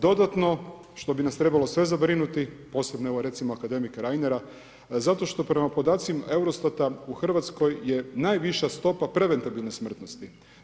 Dodatno što bi nas trebalo sve zabrinuti, posebno evo recimo akademika Reinera, zato što prema podacima EUROSTAT-a u Hrvatskoj je najviša stopa preventabilne smrtnosti.